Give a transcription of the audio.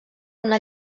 una